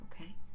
okay